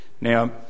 Now